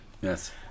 Yes